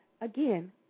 again